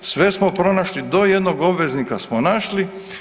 Sve smo pronašli do jednog obveznika smo našli.